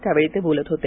त्यावेळी ते बोलत होते